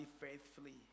faithfully